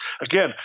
again